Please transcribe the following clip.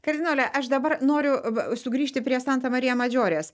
kardinole aš dabar noriu sugrįžti prie santa marija madžiorės